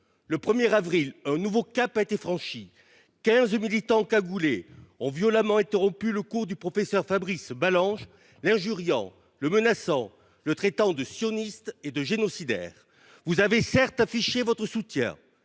Le 1 avril, un nouveau cap a été franchi : quinze militants cagoulés ont violemment interrompu le cours du professeur Fabrice Balanche en l’injuriant, le menaçant et le traitant de sioniste et de génocidaire. Certes, vous avez affiché votre soutien.